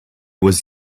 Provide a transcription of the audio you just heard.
was